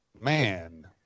Man